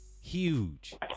huge